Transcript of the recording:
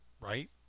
Right